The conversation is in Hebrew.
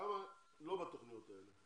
כמה לא בתוכניות האלה?